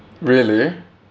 really